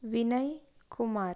Vinay Kumar